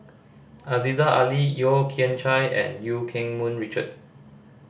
Aziza Ali Yeo Kian Chye and Eu Keng Mun Richard